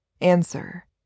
Answer